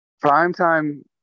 prime-time